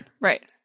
right